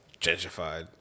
gentrified